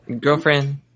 girlfriend